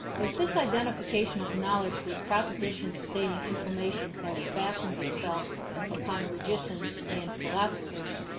if this identification of knowledge with propositions stating information has fastened itself upon logicians and philosophers,